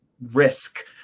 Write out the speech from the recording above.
risk